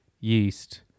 yeast